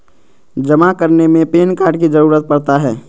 जमा करने में पैन कार्ड की जरूरत पड़ता है?